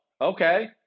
Okay